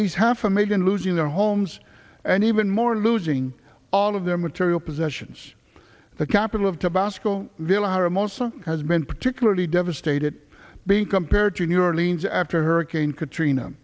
s half a million losing their homes and even more losing all of their material possessions the capital of tabasco villahermosa has been particularly devastated being compared to new orleans after hurricane katrina